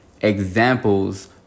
examples